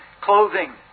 clothing